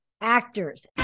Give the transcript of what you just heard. actors